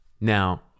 Now